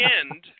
end